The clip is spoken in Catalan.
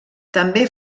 també